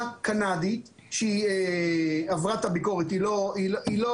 קנדית שהיא עברה את הביקורת, היא לא